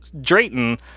drayton